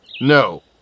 No